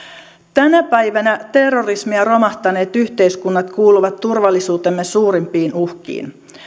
tänä päivänä terrorismi ja romahtaneet yhteiskunnat kuuluvat turvallisuutemme suurimpiin uhkiin